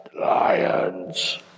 Lions